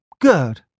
Good